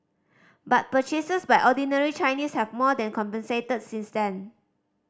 but purchases by ordinary Chinese have more than compensated since then